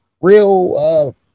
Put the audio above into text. real